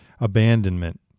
abandonment